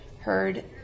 heard